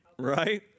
Right